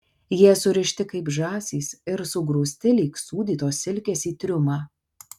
jie surišti kaip žąsys ir sugrūsti lyg sūdytos silkės į triumą